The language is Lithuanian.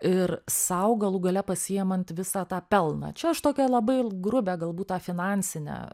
ir sau galų gale pasiimant visą tą pelną čia aš tokią labai grubią galbūt tą finansinę